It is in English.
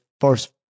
first